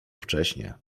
wcześnie